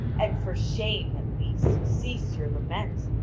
and for shame, at least, cease your lament.